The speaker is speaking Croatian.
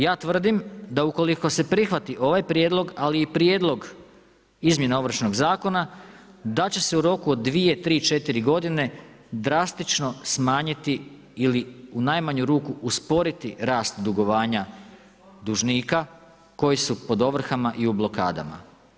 Ja tvrdim da ukoliko se prihvati ova prijedlog ali i prijedlog izmjene Ovršnog zakona, da će se u roku 2, 3, 4 godine drastično smanjiti ili u najmanju ruku usporiti rast dugovanja dužnika koji su pod ovrhama i u blokadama.